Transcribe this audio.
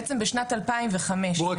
בואי רק,